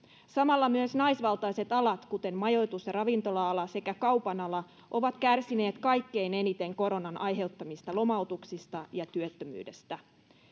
samalla myös naisvaltaiset alat kuten majoitus ja ravintola ala sekä kaupan ala ovat kärsineet kaikkein eniten koronan aiheuttamista lomautuksista ja työttömyydestä